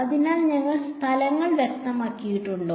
അതിനാൽ ഞങ്ങൾ സ്ഥലങ്ങൾ വ്യക്തമാക്കിയിട്ടുണ്ടോ